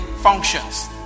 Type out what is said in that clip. functions